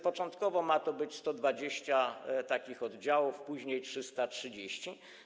Początkowo ma być 120 takich oddziałów, później 330.